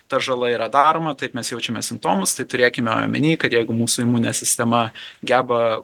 ta žala yra daroma taip mes jaučiame simptomus tai turėkime omeny kad jeigu mūsų imuninė sistema geba